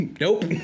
nope